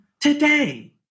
today